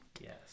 Yes